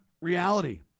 reality